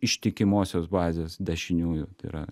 ištikimosios bazės dešiniųjų tai yra